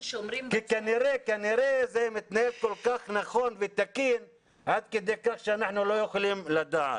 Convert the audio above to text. כנראה זה מתנהל כל כך נכון ותקין עד כדי כך שאנחנו לא יכולים לדעת.